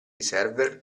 server